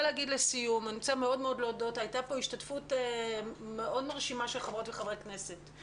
לסיום אני רוצה להודות על ההשתתפות המאוד מרשימה של חברות וחברי כנסת.